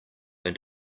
than